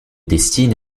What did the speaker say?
destine